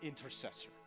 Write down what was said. intercessor